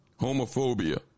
Homophobia